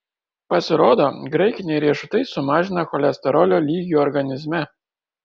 pasirodo graikiniai riešutai sumažina cholesterolio lygį organizme